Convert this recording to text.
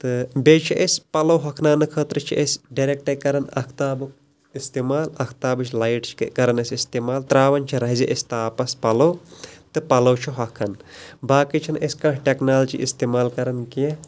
تہٕ بیٚیہِ چھِ أسۍ پَلو ہۅکھناونہٕ خٲطرٕ چھِ أسۍ ڈیریکٹے کَران اَختابُک اِستعمال اَختابٕچ لایِٹ چھِ کَران اِستعمال تَرٛاوان چھِ رَزِ أسۍ تاپَس پَلو تہٕ پَلو چھِ ہوکھان باقٕے چھِنہٕ أسۍ کٲنٛہہ ٹیکنالجی اِستعمال کَران کیٚنٛہہ